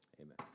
Amen